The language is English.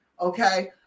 Okay